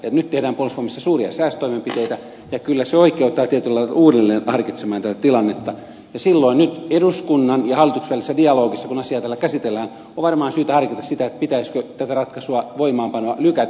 nyt tehdään puolustusvoimissa suuria säästötoimenpiteitä ja kyllä se oikeuttaa tietyllä tavalla uudelleen harkitsemaan tätä tilannetta ja silloin eduskunnan ja hallituksen välisessä dialogissa kun asiaa täällä nyt käsitellään on varmaan syytä harkita sitä pitäisikö tätä ratkaisua voimaanpanoa lykätä